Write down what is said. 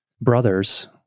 brothers